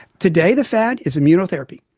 today the fad is immunotherapy.